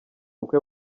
ubukwe